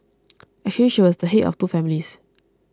actually she was the head of two families